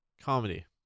Comedy